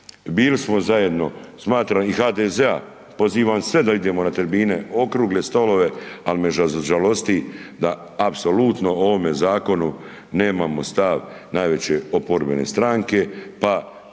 bil smo zajedno, i HDZ-a, pozivam sve da idemo na tribine, okrugle stolove ali me žalosti da apsolutno u ovome zakonu nemamo stav najveće oporbene stranke pa